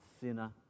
sinner